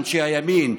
אנשי הימין.